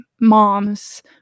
moms